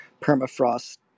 permafrost